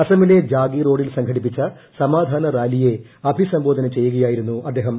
അസമിലെ ജാഗീ റോഡിൽ സംഘടിപ്പിച്ച സമാധാന റാലിയെ അഭിസംബോധന ചെയ്യുകയായിരുന്നു അദ്ദേഹം